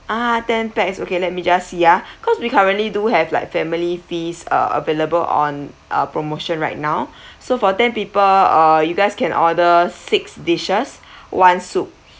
ah ten pax okay let me just see ah cause we currently do have like family feasts uh available on a promotion right now so for ten people uh you guys can order six dishes one soup